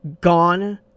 gone